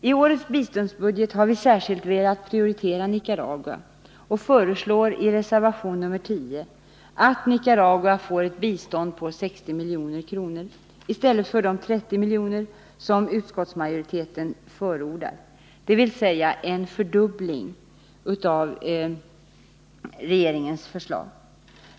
Tårets biståndsbudget har vi särskilt velat prioritera Nicaragua och föreslår i reservation 10 att Nicaragua får ett bistånd på 60 milj.kr. i stället för de 30 miljoner som utskottsmajoriteten förordar, dvs. en fördubbling av regeringens förslag.